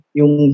yung